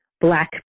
Black